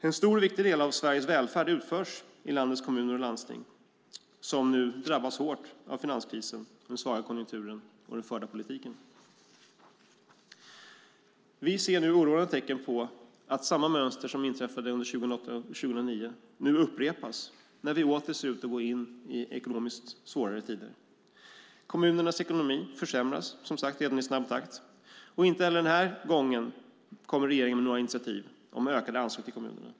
En stor och viktig del av Sveriges välfärd utförs i landets kommuner och landsting, som nu drabbas hårt av finanskrisen, den svaga konjunkturen och den förda politiken. Vi ser nu oroande tecken på att samma mönster som visade sig under 2008 och 2009 upprepas när vi åter ser ut att gå in i ekonomiskt svårare tider. Kommunernas ekonomi försämras som sagt redan i snabb takt. Inte heller denna gång kommer regeringen med några initiativ till ökade anslag till kommunerna.